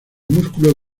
músculo